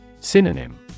Synonym